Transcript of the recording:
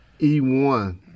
E1